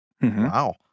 Wow